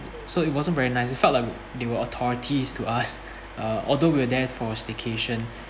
so it wasn't very nice it felt like they were authorities to us uh although we were there for staycation